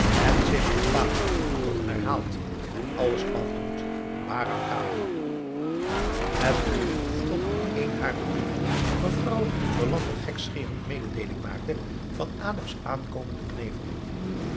en zich bepalend tot een herhaald en alles afdoend barang kali het duurde tot in een harer brieven mevrouw verlande gekscherend melding maakte van adam's aankomenden